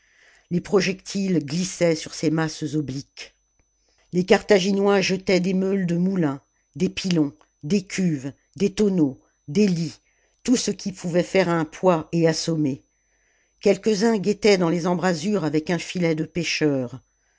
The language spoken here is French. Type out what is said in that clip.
les projectiles glissaient sur ces masses obliques les carthaginois jetaient des meules de moulin des pilons des cuves des tonneaux des lits tout ce qui pouvait faire un poids et assommer quelques-uns guettaient dans les embrasures avec un filet de pêcheur